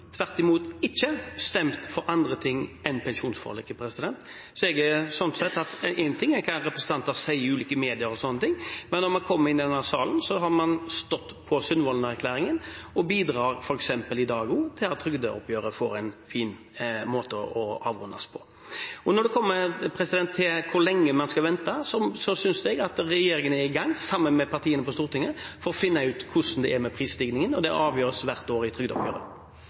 tvert imot ikke stemt for andre ting enn pensjonsforliket. Så én ting er hva representanter sier i ulike medier osv., men når man kommer inn i denne salen, har man stått på Sundvolden-erklæringen og bidrar f.eks. i dag også til at trygdeoppgjøret avrundes på en fin måte. Når det kommer til hvor lenge man skal vente, mener jeg at regjeringen er i gang, sammen med partiene på Stortinget, med å finne ut hvordan det er med prisstigningen, og det avgjøres hvert år i trygdeoppgjøret.